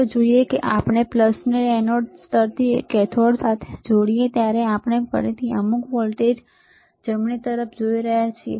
ચાલો જોઈએ કે જ્યારે આપણે ને એનોડ સ્તરથી કેથોડ સાથે જોડીએ છીએ ત્યારે આપણે ફરીથી અમુક વોલ્ટેજ જમણી તરફ જોઈ રહ્યા છીએ